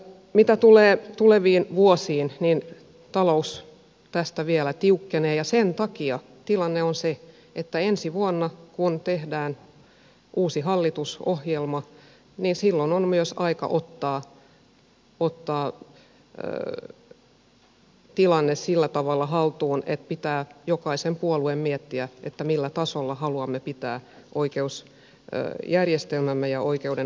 mitä tulee tuleviin vuosiin niin talous tästä vielä tiukkenee ja sen takia tilanne on se että ensi vuonna kun tehdään uusi hallitusohjelma on myös aika ottaa tilanne sillä tavalla haltuun että pitää jokaisen puolueen miettiä millä tasolla haluamme pitää oikeusjärjestelmämme ja oikeudenhoitomme